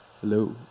Hello